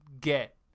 get